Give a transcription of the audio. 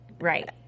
Right